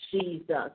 Jesus